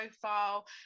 profile